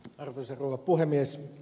arvoisa rouva puhemies